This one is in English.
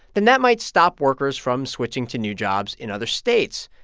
then that might stop workers from switching to new jobs in other states.